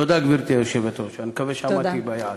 תודה, גברתי היושבת-ראש, אני מקווה שעמדתי ביעד.